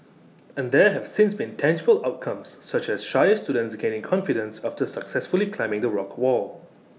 and there have since been tangible outcomes such as shyer students gaining confidence after successfully climbing the rock wall